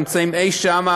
הם נמצאים אי-שם,